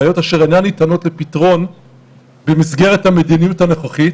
בעיות אשר אינן ניתנות לפתרון במסגרת המדיניות הנוכחית,